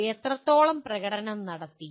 നിങ്ങൾ എത്രത്തോളം പ്രകടനം നടത്തി